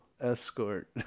escort